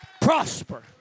prosper